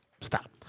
Stop